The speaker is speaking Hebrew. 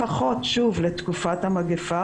לפחות לתקופת המגיפה,